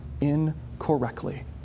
incorrectly